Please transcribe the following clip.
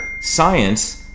science